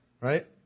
Right